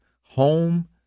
home